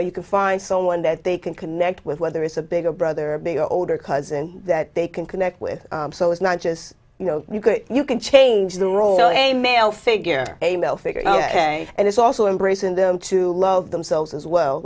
know you can find someone that they can connect with whether it's a bigger brother being older cousin that they can connect with so it's not just you know you can change the role in a male figure a male figure ok and it's also embrace in them to love themselves as well